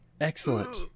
excellent